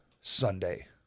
Sunday